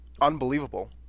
unbelievable